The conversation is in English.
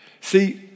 See